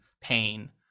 pain